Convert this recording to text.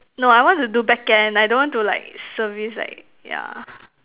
no I want to do back end I don't want to like service like yeah